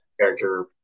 Character